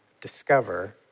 discover